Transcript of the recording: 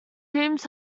seems